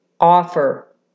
offer